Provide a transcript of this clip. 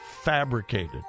fabricated